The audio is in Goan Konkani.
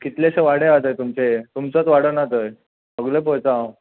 कितलेशे वाडे हा थंय तुमचे तुमचोच वाडो ना थंय सगलें पळयता हांव